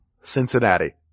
Cincinnati